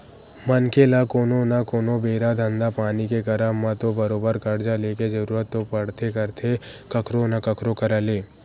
मनखे ल कोनो न कोनो बेरा धंधा पानी के करब म तो बरोबर करजा लेके जरुरत तो पड़बे करथे कखरो न कखरो करा ले